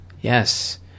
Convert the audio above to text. yes